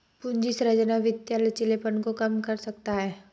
पूंजी संरचना वित्तीय लचीलेपन को कम कर सकता है